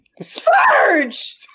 Surge